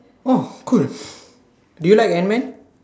oh cool do you like Antman